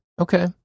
Okay